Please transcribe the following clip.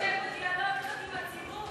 שיהיה דיאלוג עם הציבור.